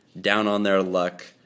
down-on-their-luck